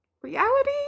Reality